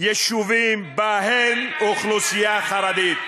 יישובים שיש בהם אוכלוסייה חרדית.